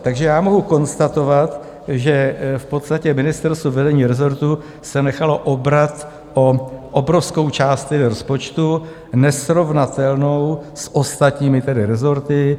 Takže mohu konstatovat, že v podstatě ministerstvo, vedení rezortu, se nechalo obrat o obrovskou část rozpočtu, nesrovnatelnou s ostatními rezorty.